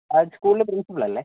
arts സ്കൂളിലെ principal അല്ലേ